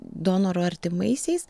donorų artimaisiais